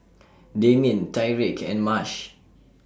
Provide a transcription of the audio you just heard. Damien Tyrique and Marsh